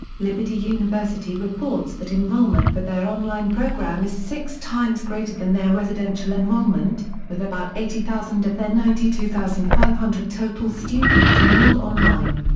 liberty university reports that enrollment for their online program is six times greater than their residential enrollment, with about eighty thousand of their ninety two thousand five hundred total students enrolled online.